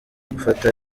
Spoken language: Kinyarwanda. gufata